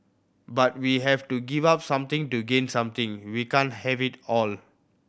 but we have to give up something to gain something we can't have it all